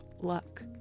luck